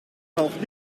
taucht